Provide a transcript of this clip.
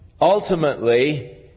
ultimately